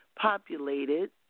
populated